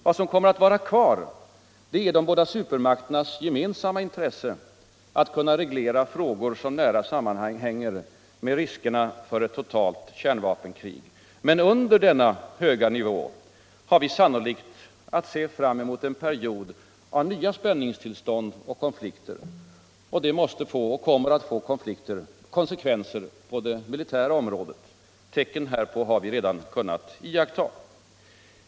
Vad som kommer att vara kvar, det är de båda supermakternas gemensamma intresse att kunna reglera frågor som nära sammanhänger med riskerna för ett totalt kärnvapenkrig. Men under denna höga nivå har vi sannolikt att se fram emot en period av nya spänningstillstånd och konflikter. Och det kommer att få konsekvenser på det militära området. Tecken härpå har vi redan kunnat iaktta.